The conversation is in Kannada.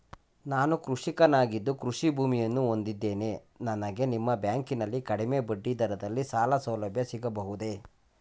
ನಾನು ಕೃಷಿಕನಾಗಿದ್ದು ಕೃಷಿ ಭೂಮಿಯನ್ನು ಹೊಂದಿದ್ದೇನೆ ನನಗೆ ನಿಮ್ಮ ಬ್ಯಾಂಕಿನಲ್ಲಿ ಕಡಿಮೆ ಬಡ್ಡಿ ದರದಲ್ಲಿ ಸಾಲಸೌಲಭ್ಯ ಸಿಗಬಹುದೇ?